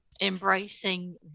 embracing